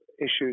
issues